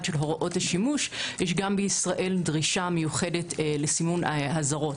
של הוראות השימוש יש גם בישראל דרישה מיוחדת לסימון אזהרות.